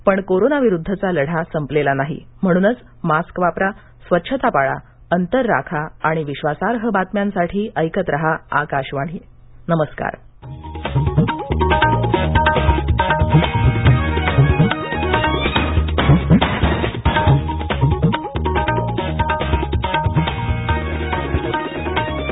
पण कोरोना विरुद्धचा लढा संपलेला नाही म्हणूनच मास्क वापरा स्वच्छता पाळा अंतर राखा आणि विश्वासार्ह बातम्यांसाठी ऐकत राहा नमरूकार